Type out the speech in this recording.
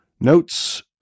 Notes